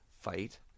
fight